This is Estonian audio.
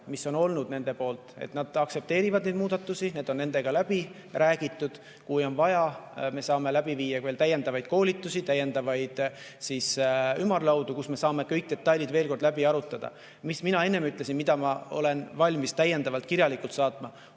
tulnud tagasiside on, et nad aktsepteerivad neid muudatusi, need on nendega läbi räägitud. Kui on vaja, me saame läbi viia täiendavaid koolitusi, täiendavaid ümarlaudu, kus me saame kõik detailid veel kord läbi arutada. Kui ma enne ütlesin, et ma olen valmis vastuse täiendavalt kirjalikult saatma,